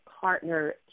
partner